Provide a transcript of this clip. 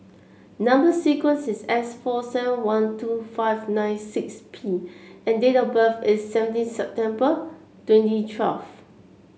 number sequence is S four seven one two five nine six P and date of birth is seventeen September twenty twelve